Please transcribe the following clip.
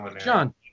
John